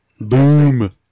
Boom